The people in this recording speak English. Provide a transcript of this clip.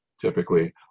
typically